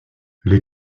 les